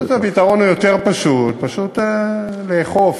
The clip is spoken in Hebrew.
יש פתרון יותר פשוט: פשוט לאכוף,